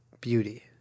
beauty